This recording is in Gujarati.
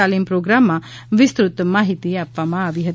તાલીમ પ્રોગ્રામમાં વિસ્તૃત માહિતી આપવામાં આવી હતી